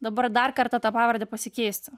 dabar dar kartą tą pavardę pasikeisti